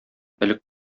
элек